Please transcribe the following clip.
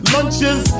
Lunches